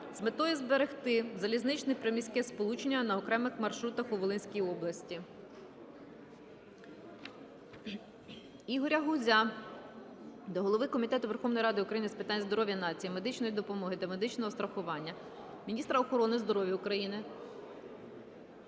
з метою зберегти залізничне приміське сполучення на окремих маршрутах у Волинській області. Ігоря Гузя до голови Комітету Верховної Ради України з питань здоров'я нації, медичної допомоги та медичного страхування, міністра охорони здоров'я України